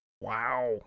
Wow